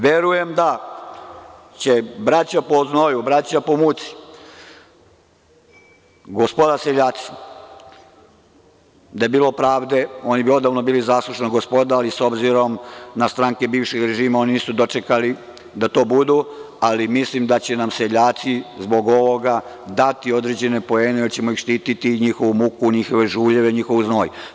Verujem da će braća po znoju, braća po muci, gospoda seljaci, da je bilo pravde oni bi odavno bili zaslužna gospoda, ali s obzirom na stranke bivšeg režima ona nisu dočekali da to budu, ali mislim da će nam seljaci zbog ovoga dati određene poene jer ćemo štiti njihovu muku, njihove žuljeve, njihov znoj.